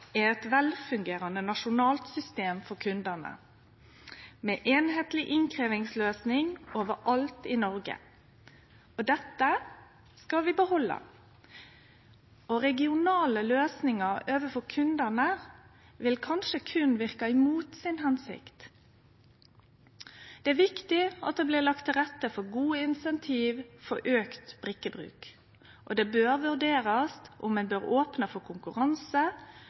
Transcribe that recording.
er eit velfungerande nasjonalt system for kundane, med einskapleg innkrevjingsløysing overalt i Noreg. Dette skal vi behalde. Regionale løysingar overfor kundane vil kanskje berre verke mot si hensikt. Det er viktig at det blir lagt til rette for gode incentiv for auka brikkebruk, og det bør vurderast om ein bør opne for konkurranse